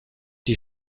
die